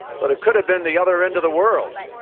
but it could have been the other end of the world.